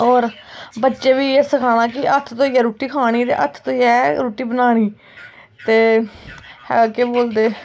होर बच्चें बी इ'यै सखाना कि हत्थ धोइयै रुट्टी खानी ते हत्थ धोइयै रुट्टी बनानी ते केह् बोलदे